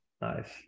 Nice